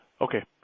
Okay